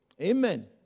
Amen